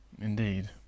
indeed